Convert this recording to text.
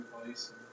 place